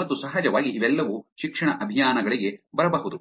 ಮತ್ತು ಸಹಜವಾಗಿ ಇವೆಲ್ಲವೂ ಶಿಕ್ಷಣ ಅಭಿಯಾನಗಳಿಗೆ ಬರಬಹುದು